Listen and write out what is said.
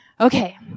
Okay